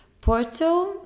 Porto